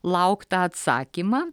lauktą atsakymą